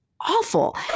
awful